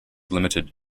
limited